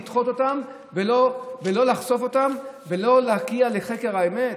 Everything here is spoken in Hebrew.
לדחות אותם ולא לחשוף אותם ולא להגיע לחקר האמת?